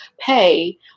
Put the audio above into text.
pay